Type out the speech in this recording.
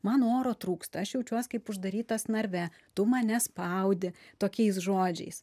man oro trūksta aš jaučiuos kaip uždarytas narve tu mane spaudi tokiais žodžiais